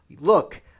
Look